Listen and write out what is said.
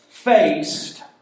Faced